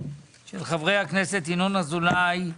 של חבר הכנסת ינון אזולאי,